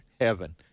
heaven